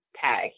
tag